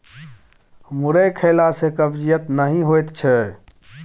मुरइ खेला सँ कब्जियत नहि होएत छै